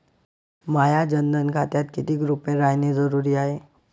माह्या जनधन खात्यात कितीक रूपे रायने जरुरी हाय?